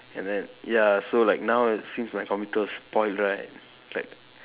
and then ya so like now it seems like my computer is spoiled right like